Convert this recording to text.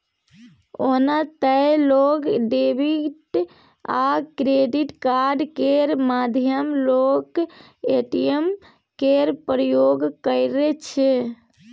ओना तए लोक डेबिट आ क्रेडिट कार्ड केर माध्यमे लोक ए.टी.एम केर प्रयोग करै छै